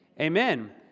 Amen